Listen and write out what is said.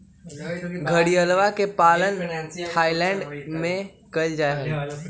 घड़ियलवा के पालन थाईलैंड में कइल जाहई